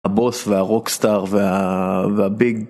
הבוס והרוקסטאר וה.. והביג